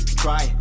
try